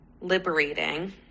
liberating